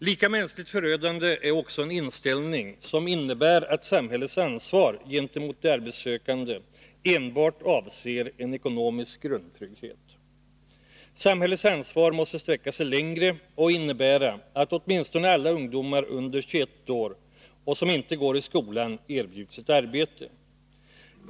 Lika mänskligt förödande är också den inställning som innebär att samhällets ansvar gentemot de arbetssökande enbart avser en ekonomisk grundtrygghet. Samhällets ansvar måste sträcka sig längre och innebära att åtminstone alla ungdomar under 21 år som inte går i skolan erbjuds ett arbete.